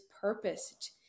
purpose